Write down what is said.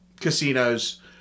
casinos